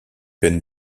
peines